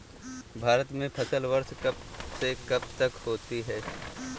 भारत में फसली वर्ष कब से कब तक होता है?